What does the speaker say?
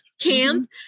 camp